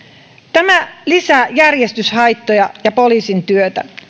tämä lisää järjestyshaittoja ja poliisin työtä